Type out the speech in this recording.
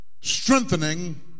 strengthening